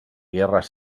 guerres